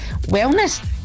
wellness